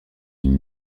une